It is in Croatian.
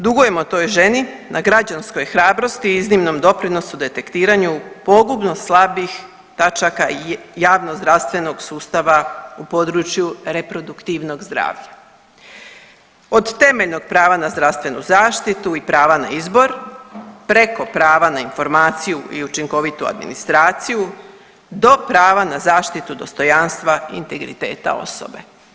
Dugujemo toj ženi na građanskoj hrabrosti, iznimnom doprinosu, detektiranju pogubno slabih tačaka javno zdravstvenog sustava u području reproduktivnog zdravlja od temeljnog prava na zdravstvenu zaštitu i prava na izbor preko prava na informaciju i učinkovitu administraciju, do prava na zaštitu dostojanstva i integriteta osobe.